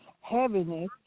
heaviness